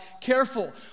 careful